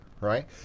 right